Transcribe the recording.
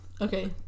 Okay